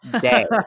day